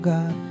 God